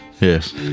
Yes